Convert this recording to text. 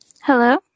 hello